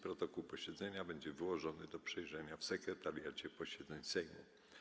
Protokół posiedzenia będzie wyłożony do przejrzenia w Sekretariacie Posiedzeń Sejmu.